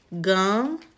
gum